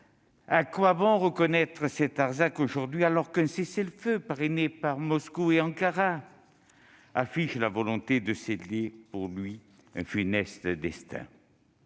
À quoi bon reconnaître cet Artsakh aujourd'hui, alors qu'un cessez-le-feu parrainé par Moscou et Ankara affiche la volonté de sceller pour lui un funeste destin ?